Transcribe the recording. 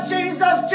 Jesus